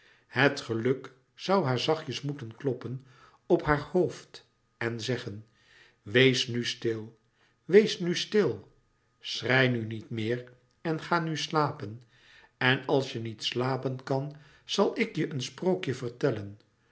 het geluk zoû haar zachtjes moeten kloppen op haar hoofd en zeggen wees nu stil wees nu louis couperus metamorfoze stil schrei nu niet meer en ga nu slapen en als je niet slapen kan zal ik je een sprookje vertellen